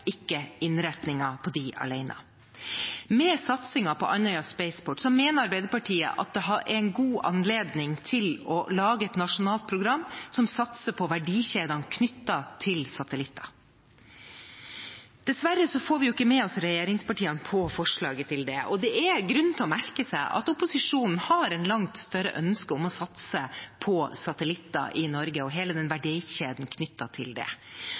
ikke innretningen på dem alene. Satsingen på Andøya Spaceport mener Arbeiderpartiet er en god anledning til å lage et nasjonalt program som satser på verdikjedene knyttet til satellitter. Dessverre får vi ikke med oss regjeringspartiene på forslaget, og det er grunn til å merke seg at opposisjonen har et langt større ønske om å satse på satellitter i Norge og hele verdikjeden knyttet til det.